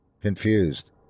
confused